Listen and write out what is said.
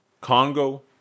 Congo